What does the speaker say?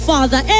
Father